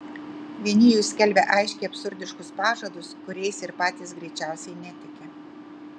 vieni jų skelbia aiškiai absurdiškus pažadus kuriais ir patys greičiausiai netiki